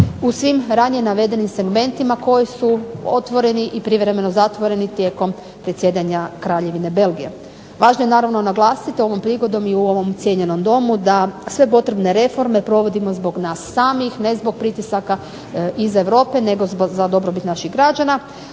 u svim ranije navedenim segmentima koji su otvoreni i privremeno zatvoreni tijekom predsjedanja Kraljevine Belgije. Važno je naravno naglasiti ovom prigodom i u ovom cijenjenom Domu da sve potrebne reforme provodimo zbog nas samih, ne zbog pritisaka iz Europe nego za dobrobit naših građana.